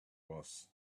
was